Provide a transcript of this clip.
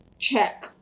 check